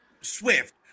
Swift